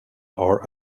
are